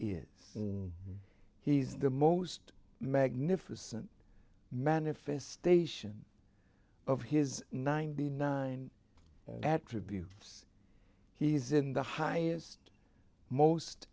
is he's the most magnificent manifestation of his ninety nine attributes he's in the highest most